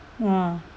ah